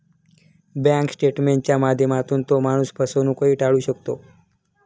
bank स्टेटमेंटच्या माध्यमातून तो माणूस फसवणूकही टाळू शकतो